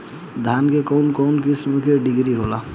धान में कउन कउन किस्म के डिभी होला?